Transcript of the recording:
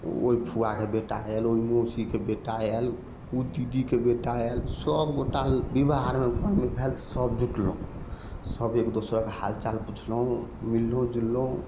ओहि फुआके बेटा आएल ओहि मौसीके बेटा आएल ओ दीदीके बेटा आएल सब गोटा बिबाह अगर घरमे भेल तऽ सब जुटलहुँ सब एक दोसरके हाल चाल पूछलहुँ मिललहुँ जुललहुँ